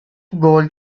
gold